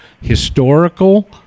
Historical